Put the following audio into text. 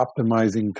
optimizing